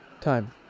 Time